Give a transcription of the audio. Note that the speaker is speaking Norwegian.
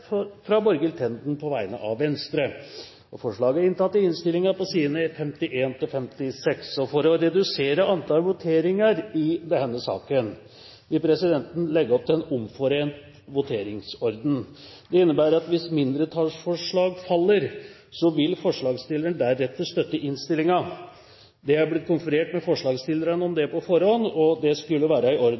39–46, fra Hans Olav Syversen på vegne av Kristelig Folkeparti forslagene nr. 47–66, fra Borghild Tenden på vegne av Venstre For å redusere antall voteringer i denne saken vil presidenten legge opp til en omforent voteringsorden. Denne innebærer at hvis mindretallsforslag faller, vil forslagsstillerne deretter støtte innstillingen. Det er blitt konferert med forslagsstillerne om dette på forhånd, og det skulle være i orden.